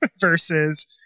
versus